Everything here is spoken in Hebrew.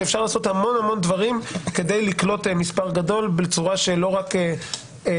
אפשר לעשות המון דברים כדי לקלוט מספר גדול בצורה שלא תכביד.